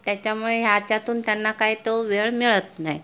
त्याच्यामुळे ह्याच्यातून त्यांना काही तो वेळ मिळत नाही